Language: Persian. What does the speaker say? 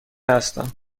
هستم